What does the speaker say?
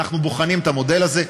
ואנחנו בוחנים את המודל הזה.